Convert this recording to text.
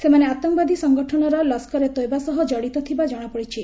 ସେମାନେ ଆତଙ୍କବାଦୀ ସଙ୍ଗଠନ ଲସ୍କରେ ତୋୟବା ସହ କଡିତ ଥିବା ଜଣାପଡିଛି